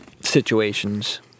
situations